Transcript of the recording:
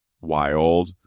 wild